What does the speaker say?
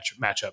matchup